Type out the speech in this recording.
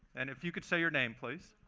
and if you could say your name, please.